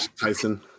Tyson